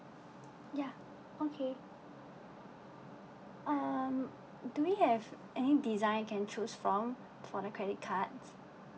ya okay um do we have any design can choose from for the credit cards